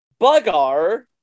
Bugar